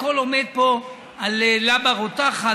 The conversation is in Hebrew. הכול עומד פה על לבה רותחת,